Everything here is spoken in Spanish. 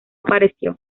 apareció